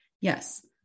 yes